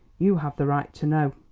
you have the right to know.